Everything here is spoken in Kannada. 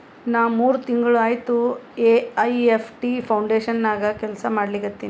ನಾ ಮೂರ್ ತಿಂಗುಳ ಆಯ್ತ ಎ.ಐ.ಎಫ್.ಟಿ ಫೌಂಡೇಶನ್ ನಾಗೆ ಕೆಲ್ಸಾ ಮಾಡ್ಲತಿನಿ